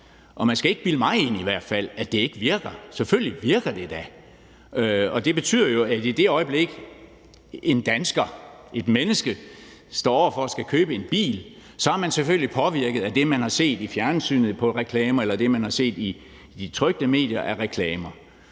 hvert fald ikke bilde mig ind, at det ikke virker. Selvfølgelig virker det da. Og det betyder jo, at i det øjeblik en dansker står over for at skulle købe en bil, er man selvfølgelig påvirket af det, man har set af reklamer i fjernsynet, eller af det, man har set af reklamer